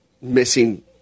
missing